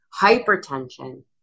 hypertension